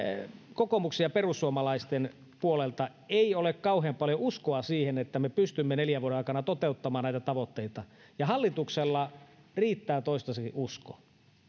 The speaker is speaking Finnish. kokoomuksen ja perussuomalaisten puolelta ei ole kauhean paljoa uskoa siihen että me pystymme neljän vuoden aikana toteuttamaan näitä tavoitteita hallituksella riittää toistaiseksi uskoa